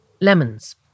lemons